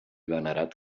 venerat